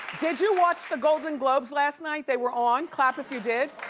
did you watch the golden globes last night? they were on. clap if you did.